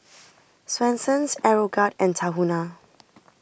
Swensens Aeroguard and Tahuna